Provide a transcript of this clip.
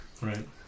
Right